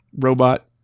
robot